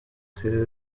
sede